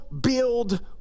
build